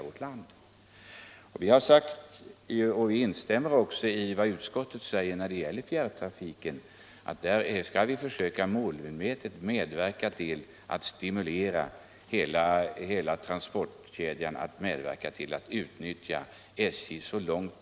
Vi har också sagt att vi målmedvetet vill medverka till att man när det gäller fjärrtrafiken skall utnyttja SJ i all den utsträckning som SJ kan ta emot trafik.